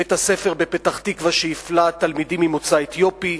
בית-הספר בפתח-תקווה שהפלה תלמידים ממוצא אתיופי,